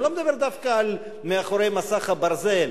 אני לא מדבר דווקא על מאחורי מסך הברזל.